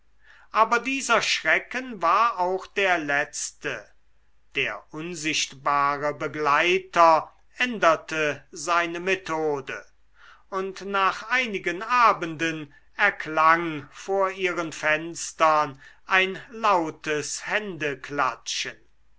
aber dieser schrecken war auch der letzte der unsichtbare begleiter änderte seine methode und nach einigen abenden erklang vor ihren fenstern ein lautes